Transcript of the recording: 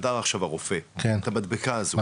את המדבקה הזו,